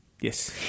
Yes